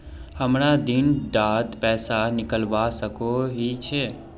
हमरा दिन डात पैसा निकलवा सकोही छै?